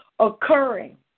Occurring